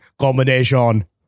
Combination